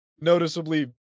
noticeably